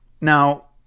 Now